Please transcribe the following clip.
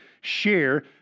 share